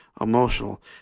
emotional